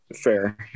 fair